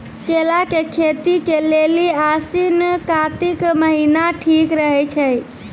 केला के खेती के लेली आसिन कातिक महीना ठीक रहै छै